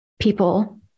people